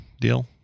deal